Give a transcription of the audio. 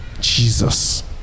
Jesus